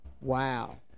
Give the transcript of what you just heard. wow